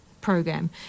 Program